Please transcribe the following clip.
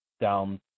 down